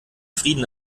frieden